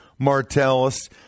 Martellus